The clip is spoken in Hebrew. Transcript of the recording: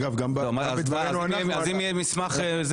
אם יהיה מסמך,